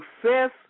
success